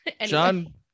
John